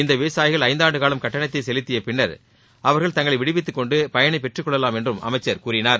இந்த விவசாயிகள் ஐந்தாண்டு காலம் கட்டணத்தை செலுத்திய பின்னர் அவர்கள் தங்களை விடுவித்துக் கொண்டு பயனை பெற்றுக்கொள்ளலாம் என்றும் அமைச்சர் கூறினார்